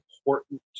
important